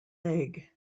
egg